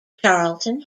charlton